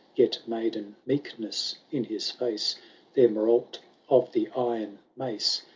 yet maiden meekness in his fiice there morolt of the iron mace,